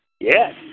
Yes